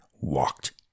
walked